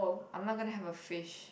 I'm not gonna have a fish